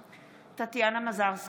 (קוראת בשמות חברי הכנסת) טטיאנה מזרסקי,